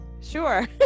Sure